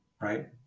right